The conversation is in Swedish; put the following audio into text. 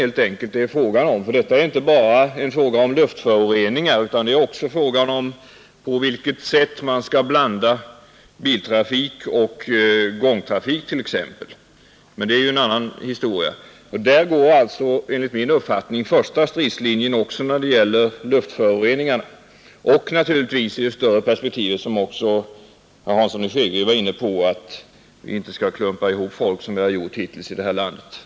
Det gäller nämligen inte bara luftföroreningar utan också på vilket sätt man skall undvika att blanda biloch gångtrafik. Där går alltså enligt min uppfattning den första stridslinjen också när det gäller luftföroreningarna — och naturligtvis, i ett större perspektiv, som herr Hansson i Skegrie var inne på, att vi inte skall klumpa ihop människor som vi gjort hittills här i landet.